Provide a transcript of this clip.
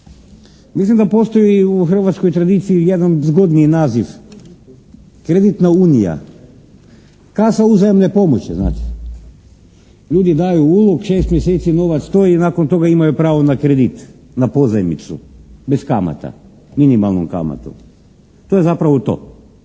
Mislim da postoji u hrvatskoj tradiciji jedan zgodniji naziv, kreditna unija. Kasa uzajamne pomoći znate. Ljudi daju ulog, šest mjeseci novac stoji, nakon toga imaju pravo na kredit, na pozajmicu bez kamata, minimalnom kamatom. To je zapravo to.